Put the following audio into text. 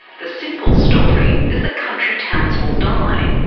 the simple story is that country towns will die.